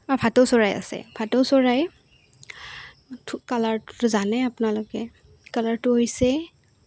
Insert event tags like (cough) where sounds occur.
আৰু ভাটৌ চৰাই আছে ভাটৌ চৰাই (unintelligible) কালাৰটো জানেই আপোনালোকে কালাৰটো হৈছে